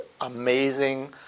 amazing